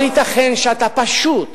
אבל ייתכן שאתה פשוט